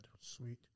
Sweet